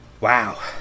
Wow